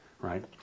right